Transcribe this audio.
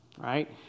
right